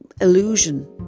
illusion